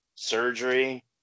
surgery